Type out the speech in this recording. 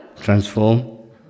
Transform